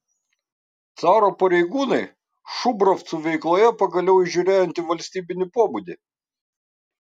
caro pareigūnai šubravcų veikloje pagaliau įžiūrėjo antivalstybinį pobūdį